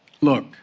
look